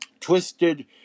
Twisted